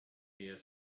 here